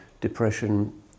depression